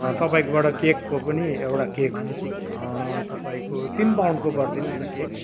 तपाईँकोबाट केक पनि एउटा केक तपाईँको तिन पाउन्डको गरिदिनु होस् न केक